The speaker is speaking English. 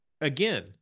Again